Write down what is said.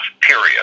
period